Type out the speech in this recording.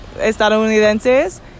estadounidenses